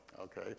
okay